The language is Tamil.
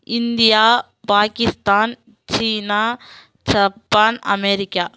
இந்தியா பாகிஸ்தான் சீனா ஜப்பான் அமெரிக்கா